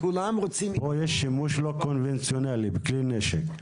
פה יש שימוש לא קונבנציונלי בכלי נשק.